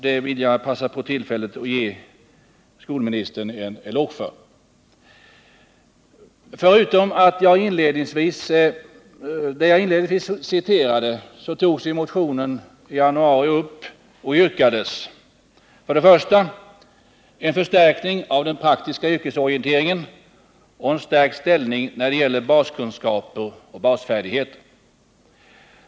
Jag vill begagna detta tillfälle att ge skolministern en eloge för detta. Förutom det som jag inledningsvis citerade yrkades i motionen i januari först på en förstärkning av den praktiska yrkesorienteringen och en större betoning av baskunskaper och basfärdigheter.